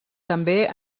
també